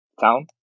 town